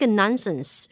nonsense